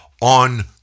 on